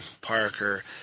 Parker